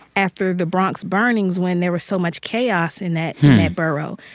after the bronx burnings when there was so much chaos in that borough.